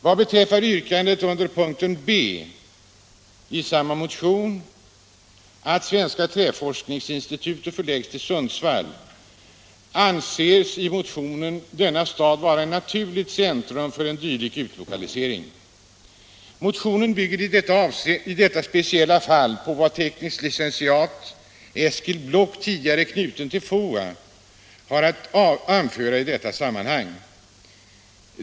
Vad beträffar yrkandet under punkten b i motionen 1975/76:2157 att Svenska träforskningsinstitutet skall förläggas till Sundsvall anser motionärerna denna stad vara ett naturligt centrum för en dylik utlokalisering. Motionen bygger i detta speciella fall på vad tekn. lic. Eskil Block — tidigare knuten till FOA — haft att anföra i detta sammanhang.